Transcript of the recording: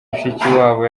mushikiwabo